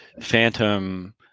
Phantom